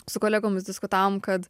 su kolegomis diskutavom kad